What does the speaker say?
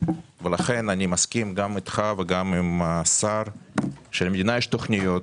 ולכן אני מסכים גם איתך וגם עם השר שלמדינה יש תכניות.